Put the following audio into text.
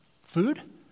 Food